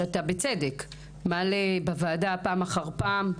שאתה בצדק מעלה בוועדה פעם אחר פעם.